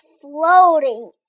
floating